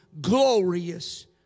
glorious